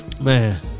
Man